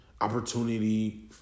opportunity